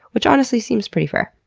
which honestly seems pretty fair.